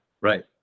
Right